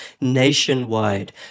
nationwide